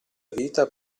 vita